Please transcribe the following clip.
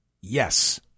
yes